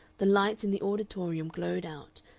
the lights in the auditorium glowed out,